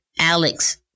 Alex